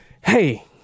hey